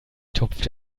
tupft